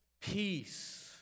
peace